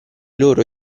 loro